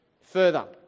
further